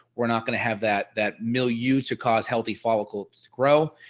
we're not going to have that that milieu you to cause healthy follicles to grow.